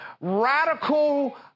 radical